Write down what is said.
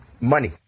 money